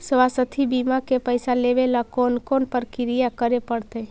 स्वास्थी बिमा के पैसा लेबे ल कोन कोन परकिया करे पड़तै?